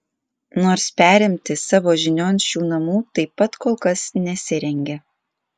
nors perimti savo žinion šių namų taip pat kol kas nesirengia